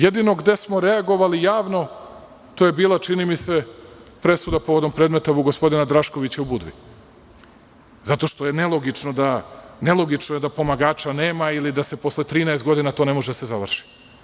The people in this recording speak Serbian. Jedino gde smo reagovali javno, to je bila, čini mi se, presuda povodom predmeta oko gospodina Draškovića u Budvi, zato što je nelogično da pomagača nema ili da posle 13 godina to ne može da se završi.